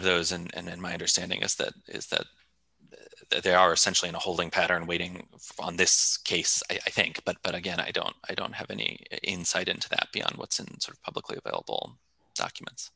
of those and then my understanding is that is that they are essentially in a holding pattern waiting for on this case i think but but again i don't i don't have any insight into that beyond what sins are publicly available documents